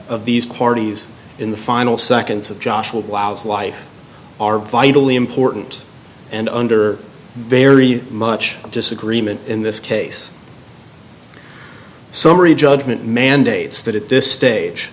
of these parties in the final seconds of joshua wow's life are vitally important and under very much disagreement in this case summary judgment mandates that at this stage